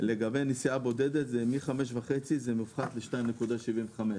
לגבי נסיעה בודדת מ- 5.5 שקלים זה מופחת ל- 2.75 שקלים,